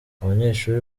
abanyeshuri